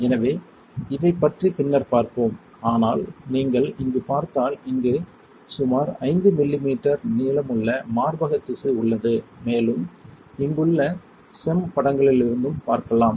எனவே இதைப் பற்றி பின்னர் பார்ப்போம் ஆனால் நீங்கள் இங்கு பார்த்தால் இங்கு சுமார் 5 மில்லிமீட்டர் நீளமுள்ள மார்பக திசு உள்ளது மேலும் இங்குள்ள SEM படங்களிலிருந்தும் பார்க்கலாம்